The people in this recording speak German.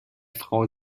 frau